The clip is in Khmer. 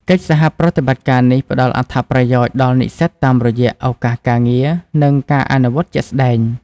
កិច្ចសហប្រតិបត្តិការនេះផ្តល់អត្ថប្រយោជន៍ដល់និស្សិតតាមរយៈ ឱកាសការងារ និងការអនុវត្តជាក់ស្តែង។